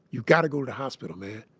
you gotta go to the hospital, man.